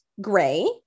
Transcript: gray